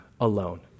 alone